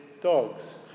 dogs